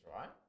right